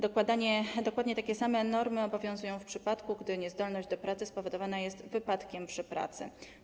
Dokładnie takie same normy obowiązują w przypadku, gdy niezdolność do pracy spowodowana jest wypadkiem przy pracy.